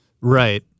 Right